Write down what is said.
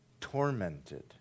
tormented